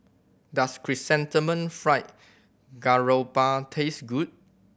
does Chrysanthemum Fried Garoupa taste good